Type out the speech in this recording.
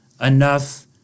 enough